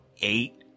eight